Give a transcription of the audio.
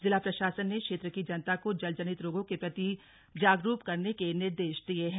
जिला प्रशासन ने क्षेत्र की जनता को जल जनित रोगों के प्रति जागरूक करने के निर्देश दिये हैं